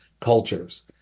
cultures